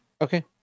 okay